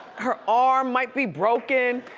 her arm might be broken.